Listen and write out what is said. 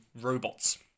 robots